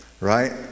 right